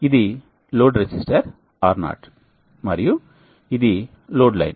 ఇది load resistor R0 మరియు ఇది లోడ్ లైన్